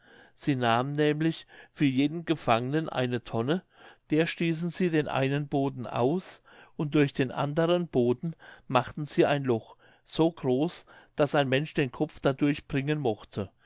sie nahmen nämlich für jeden gefangenen eine tonne der stießen sie den einen boden aus und durch den anderen boden machten sie ein loch so groß daß ein mensch den kopf dadurch bringen mochte